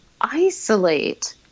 isolate